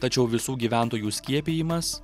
tačiau visų gyventojų skiepijimas